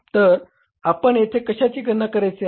तर आपण येथे कशाची गणना करायची आहे